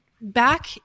back